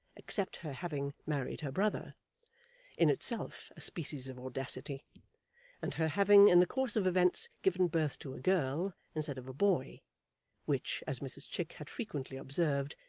except her having married her brother in itself a species of audacity and her having, in the course of events, given birth to a girl instead of a boy which, as mrs chick had frequently observed,